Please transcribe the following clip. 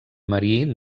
marí